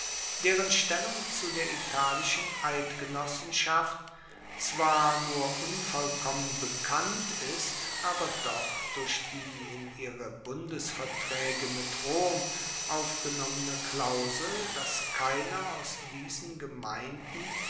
deren stellung zu der italischen eidgenossenschaft zwar nur unvollkommen bekannt ist aber doch durch die in ihre bundesvertraege mit rom aufgenommene klausel dass keiner aus diesen gemeinden